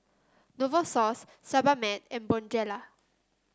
Novosource Sebamed and Bonjela